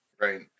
Right